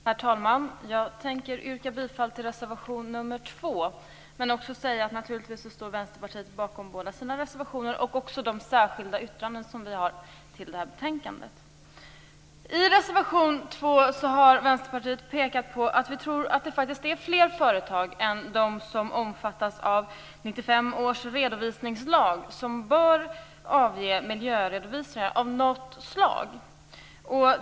Herr talman! Jag yrkar bifall till reservation nr 2. Jag vill också säga att Vänsterpartiet naturligtvis står bakom båda sina reservationer och också de särskilda yttranden som vi har fogat till det här betänkandet. I reservation 2 har Vänsterpartiet pekat på att vi tror att det faktiskt är fler företag än de som omfattas av 1995 års redovisningslag som bör avge miljöredovisningar av något slag.